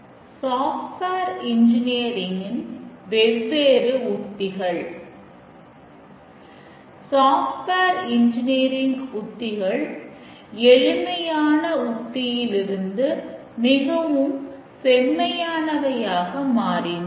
software engineering ன் உத்திகள் எளிமையான உத்தியிலிருந்து மிகவும் செம்மையானவையாக மாறின